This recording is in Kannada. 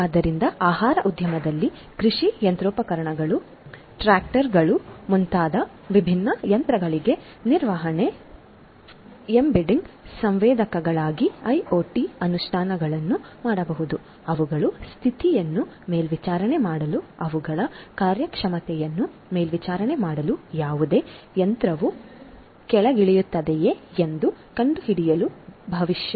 ಆದ್ದರಿಂದ ಆಹಾರ ಉದ್ಯಮದಲ್ಲಿ ಕೃಷಿ ಯಂತ್ರೋಪಕರಣಗಳು ಟ್ರಾಕ್ಟರುಗಳು ಮುಂತಾದ ವಿಭಿನ್ನ ಯಂತ್ರಗಳಿಗೆ ನಿರ್ವಹಣೆ ಎಂಬೆಡಿಂಗ್ ಸಂವೇದಕಗಳಿಗಾಗಿ ಐಒಟಿ ಅನುಷ್ಠಾನಗಳನ್ನು ಮಾಡಬಹುದು ಅವುಗಳ ಸ್ಥಿತಿಯನ್ನು ಮೇಲ್ವಿಚಾರಣೆ ಮಾಡಲು ಅವುಗಳ ಕಾರ್ಯಕ್ಷಮತೆಯನ್ನು ಮೇಲ್ವಿಚಾರಣೆ ಮಾಡಲು ಯಾವುದೇ ಯಂತ್ರವು ಕೆಳಗಿಳಿಯುತ್ತದೆಯೇ ಎಂದು ಕಂಡುಹಿಡಿಯಲು ಭವಿಷ್ಯ